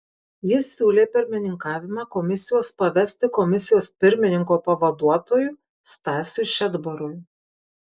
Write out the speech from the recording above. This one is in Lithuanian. jis siūlė pirmininkavimą komisijos pavesti komisijos pirmininko pavaduotojui stasiui šedbarui